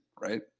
right